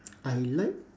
I like